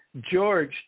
George